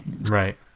Right